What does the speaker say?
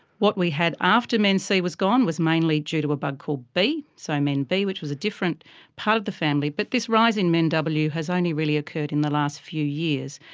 what we had after men c was gone was mainly due to a bug called b, so men b, which was a different part of the family, but this rise in men w has only really occurred in the last few years.